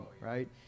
right